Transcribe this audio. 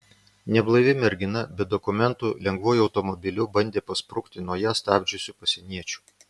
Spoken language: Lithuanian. neblaivi mergina be dokumentų lengvuoju automobiliu bandė pasprukti nuo ją stabdžiusių pasieniečių